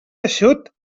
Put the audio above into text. eixut